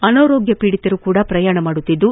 ಅನಾರೋಗ್ಯ ಪೀಡಿತರೂ ಸಹ ಪ್ರಯಾಣ ಮಾಡುತ್ತಿದ್ದು